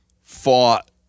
fought